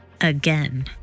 ...again